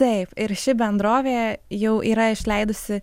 taip ir ši bendrovė jau yra išleidusi